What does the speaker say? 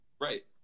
right